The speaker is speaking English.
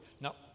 Now